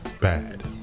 bad